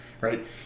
Right